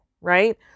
right